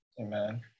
Amen